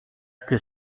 que